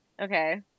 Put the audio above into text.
okay